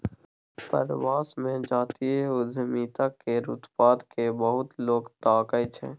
प्रवास मे जातीय उद्यमिता केर उत्पाद केँ बहुत लोक ताकय छै